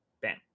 bam